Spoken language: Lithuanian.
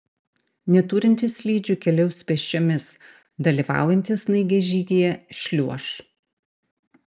neturintys slidžių keliaus pėsčiomis dalyvaujantys snaigės žygyje šliuoš